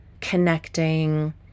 connecting